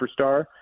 superstar